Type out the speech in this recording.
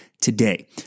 today